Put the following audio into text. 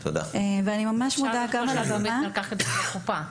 אפשר לקבל את זה רק בבית המרקחת של הקופה,